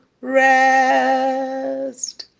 rest